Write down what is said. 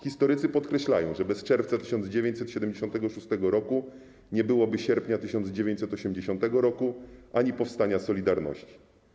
Historycy podkreślają, że bez Czerwca 1976 roku nie byłoby Sierpnia 1980 roku ani powstania 'Solidarności'